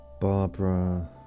Barbara